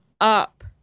up